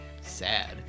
sad